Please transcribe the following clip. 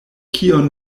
kion